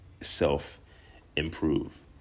self-improve